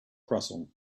croissants